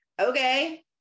okay